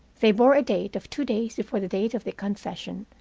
they bore a date of two days before the date of the confession,